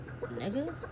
nigga